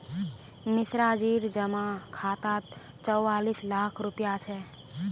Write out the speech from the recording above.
मिश्राजीर जमा खातात चौवालिस लाख रुपया छ